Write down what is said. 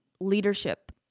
leadership